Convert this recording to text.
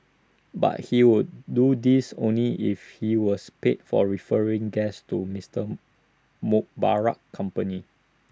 but he would do this only if he was paid for referring guests to Mister Mubarak's company